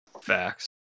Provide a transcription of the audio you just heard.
Facts